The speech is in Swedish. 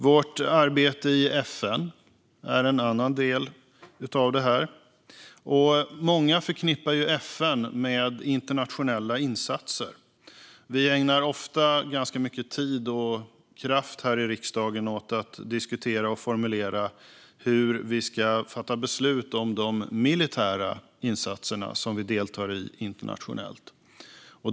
Vårt arbete i FN är en annan del av detta. Många förknippar FN med internationella insatser. Vi ägnar ofta ganska mycket tid och kraft här i riksdagen åt att diskutera och formulera hur vi ska fatta beslut om de militära insatser som vi deltar i internationellt.